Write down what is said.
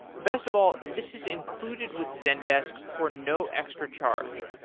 best of all, this is included with zendesk for no extra charge.